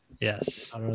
Yes